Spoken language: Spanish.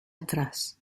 atrás